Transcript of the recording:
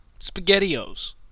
SpaghettiOs